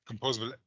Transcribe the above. composable